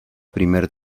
primer